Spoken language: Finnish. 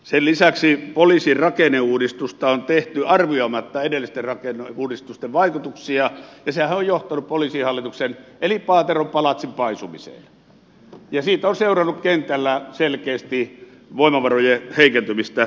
sen lisäksi poliisin rakenneuudistusta on tehty arvioimatta edellisten rakenneuudistusten vaikutuksia ja sehän on johtanut poliisihallituksen eli paateron palatsin paisumiseen ja siitä on seurannut kentällä selkeästi voimavarojen heikentymistä